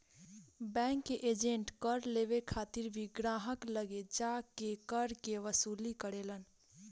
bank के agent कर लेवे खातिर भी ग्राहक लगे जा के कर के वसूली करेलन